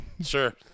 Sure